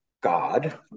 God